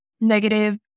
negative